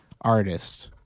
artist